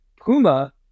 Puma